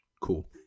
Cool